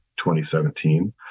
2017